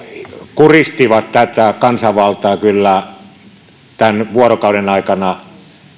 kuristivat tätä kansanvaltaa tämän vuorokauden aikana